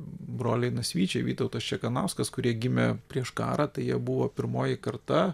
broliai nasvyčiai vytautas čekanauskas kurie gimė prieš karą tai jie buvo pirmoji karta